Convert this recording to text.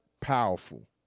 powerful